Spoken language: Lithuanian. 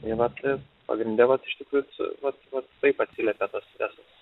tai vat pagrinde vat iš tikrųjų vat vat taip atsiliepia tas stresas